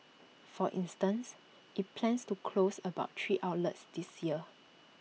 for instance IT plans to close about three outlets this year